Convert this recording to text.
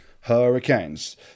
Hurricanes